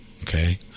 Okay